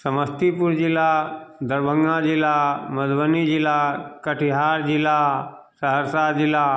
समस्तीपुर जिला दरभङ्गा जिला मधुबनी जिला कटिहार जिला सहरसा जिला